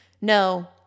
No